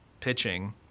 pitching